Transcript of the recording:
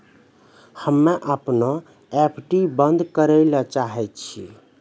हम्मे अपनो एफ.डी बन्द करै ले चाहै छियै